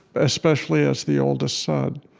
especially as the oldest son,